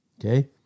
Okay